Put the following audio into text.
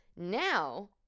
now